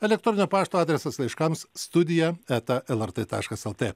elektroninio pašto adresas laiškams studija eta lrt taskas lt